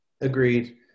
agreed